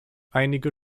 einige